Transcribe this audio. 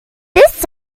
this